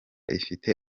ifite